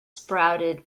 sprouted